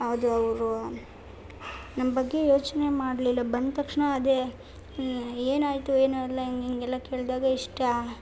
ಅದು ಅವರು ನಮ್ಮ ಬಗ್ಗೆ ಯೋಚನೆ ಮಾಡಲಿಲ್ಲ ಬಂದು ತಕ್ಷಣ ಅದೆ ಏನಾಯಿತು ಏನು ಎಲ್ಲ ಹಿಂಗ್ ಹಿಂಗೆಲ್ಲ ಕೇಳಿದಾಗ ಇಷ್ಟು